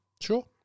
Sure